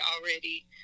already